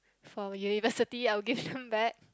for university I will give them back